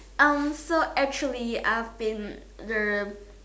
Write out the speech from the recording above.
um so actually I have been the